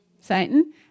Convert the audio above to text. Satan